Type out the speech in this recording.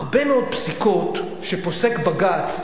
הרבה מאוד פסיקות שפוסק בג"ץ